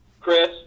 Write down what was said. Chris